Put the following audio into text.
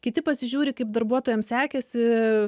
kiti pasižiūri kaip darbuotojam sekėsi